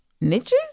Niches